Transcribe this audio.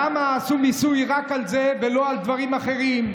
למה עשו מיסוי רק על זה ולא על דברים אחרים,